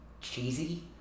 cheesy